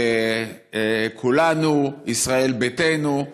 כולנו, ישראל ביתנו,